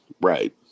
Right